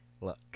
Look